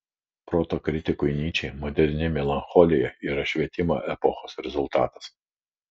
proto kritikui nyčei moderni melancholija yra švietimo epochos rezultatas